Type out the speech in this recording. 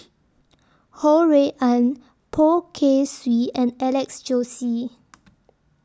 Ho Rui An Poh Kay Swee and Alex Josey